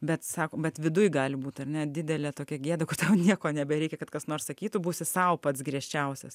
bet sako bet viduj gali būt ar ne didelė tokia gėda kad tau nieko nebereikia kad kas nors sakytų būsi sau pats griežčiausias